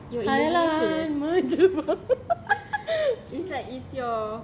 khayalan menjelma